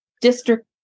district